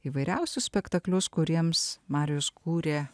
įvairiausius spektaklius kuriems marijus kūrė